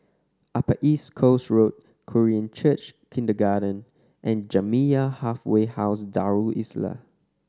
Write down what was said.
Upper East Coast Road Korean Church Kindergarten and Jamiyah Halfway House Darul Islah